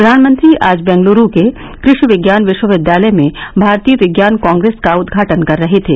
प्रधानमंत्री आज बेंगलुरू के कृषि विज्ञान विश्वविद्यालय में भारतीय विज्ञान कांग्रेस का उदघाटन कर रहे थे